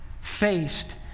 faced